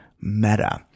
meta